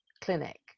clinic